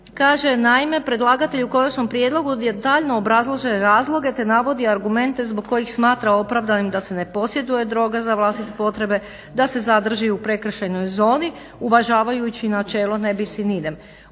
kaže. Naime, predlagatelj u konačnom prijedlogu je daljno obrazložio razloge te navodi argumente zbog kojih smatra opravdanim da se ne posjeduje droga za vlastite potrebe, da se zadrži u prekršajnoj zoni uvažavajući načelo ne bis in idem.